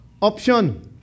option